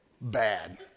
bad